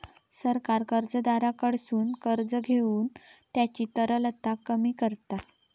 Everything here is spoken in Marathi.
सरकार कर्जदाराकडसून कर्ज घेऊन त्यांची तरलता कमी करता